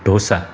dosa